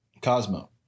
Cosmo